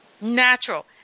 natural